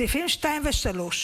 סעיפים 2 ו-3,